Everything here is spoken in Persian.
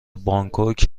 بانکوک